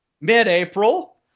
Mid-April